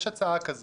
יש הצעה על